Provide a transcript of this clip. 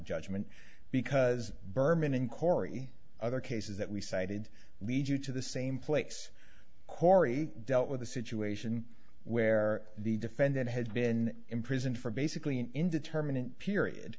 judgment because berman and corey other cases that we cited lead you to the same place corey dealt with a situation where the defendant had been imprisoned for basically an indeterminant period